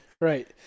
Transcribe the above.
Right